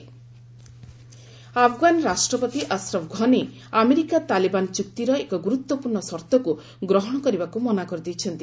Afghan Ghani deal Afghan ରାଷ୍ଟ୍ରପତି Ashraf Ghani America Taliban ଚୁକ୍ତିର ଏକ ଗୁରୁତ୍ୱପୂର୍ଣ୍ଣ ସର୍ଭକୁ ଗ୍ରହଣ କରିବାକୁ ମନା କରିଦେଇଛନ୍ତି